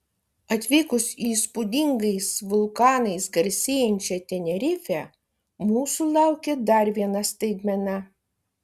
atvykus į įspūdingais vulkanais garsėjančią tenerifę mūsų laukė dar viena staigmena